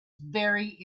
very